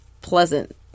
pleasant